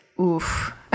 oof